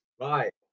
right